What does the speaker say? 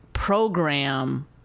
program